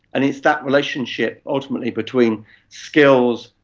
and it is that relationship ultimately between skills,